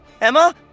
Emma